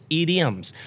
idioms